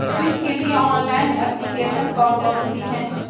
Bill के लिए online application कौन कौन सी हैं?